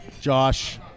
Josh